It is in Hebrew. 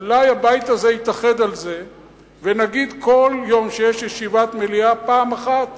אולי הבית הזה יתאחד על זה ונגיד כל יום שיש ישיבת מליאה פעם אחת